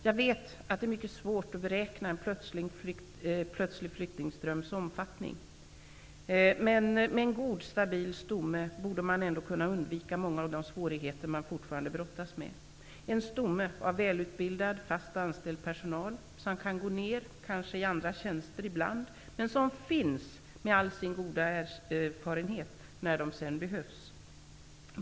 Jag vet att det är mycket svårt att beräkna en plötslig flyktingströms omfattning, men med en god och stabil stomme borde det ändå gå att undvika många av de svårigheter man fortfarande brottas med, en stomme av välutbildad, fast anställd personal som kan gå ned i andra tjänster ibland men som finns med all sin goda erfarenhet när den sedan behövs.